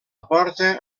porta